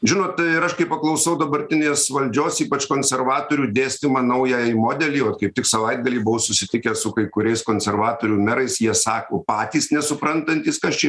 žinot ir aš kai paklausau dabartinės valdžios ypač konservatorių dėstymą naująjį modelį vat kaip tik savaitgalį buvau susitikęs su kai kuriais konservatorių merais jie sako patys nesuprantantys kas čia